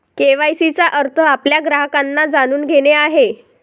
KYC चा अर्थ आपल्या ग्राहकांना जाणून घेणे आहे